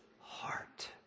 heart